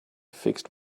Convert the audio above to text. fixed